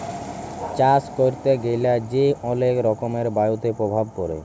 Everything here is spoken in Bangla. চাষ ক্যরতে গ্যালা যে অলেক রকমের বায়ুতে প্রভাব পরে